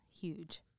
huge